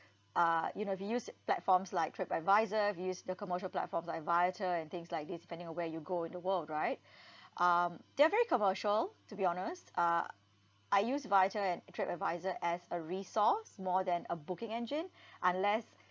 uh you know if you use platforms like TripAdvisor if you use the commercial platforms like Viator and things like these depending on where you go in the world right um they are very commercial to be honest uh I use Viator and TripAdvisor as a resource more than a booking engine unless